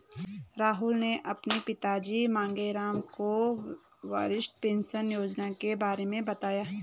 राहुल ने अपने पिताजी मांगेराम को वरिष्ठ पेंशन योजना के बारे में बताया